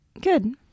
good